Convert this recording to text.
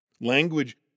Language